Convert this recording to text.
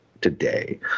today